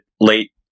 late